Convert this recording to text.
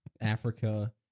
Africa